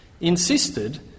insisted